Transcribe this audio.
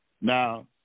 Now